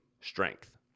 strength